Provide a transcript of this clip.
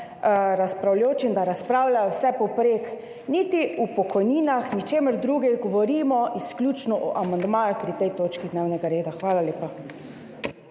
razpravljajočim, da razpravljajo vsepovprek, niti o pokojninah, o ničemer drugem. Govorimo izključno o amandmaju pri tej točki dnevnega reda. Hvala lepa.